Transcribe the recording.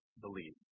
believe